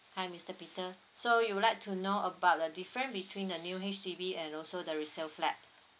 hi mister peter so you would like to know about the difference between the new H_D_B and also the resale flat